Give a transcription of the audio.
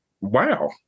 Wow